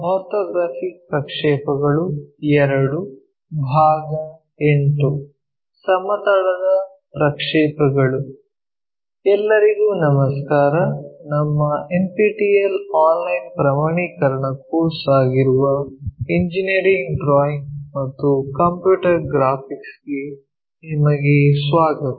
orthographic ಪ್ರಕ್ಷೇಪಗಳು II ಭಾಗ 8 ಸಮತಲದ ಪ್ರಕ್ಷೇಪಗಳು ಎಲ್ಲರಿಗೂ ನಮಸ್ಕಾರ ನಮ್ಮ ಎನ್ಪಿಟಿಇಎಲ್ ಆನ್ಲೈನ್ ಪ್ರಮಾಣೀಕರಣ ಕೋರ್ಸ್ ಆಗಿರುವ ಇಂಜಿನಿಯರಿಂಗ್ ಡ್ರಾಯಿಂಗ್ ಮತ್ತು ಕಂಪ್ಯೂಟರ್ ಗ್ರಾಫಿಕ್ಸ್ ಗೆ ನಿಮಗೆ ಸ್ವಾಗತ